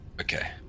Okay